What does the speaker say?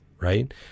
right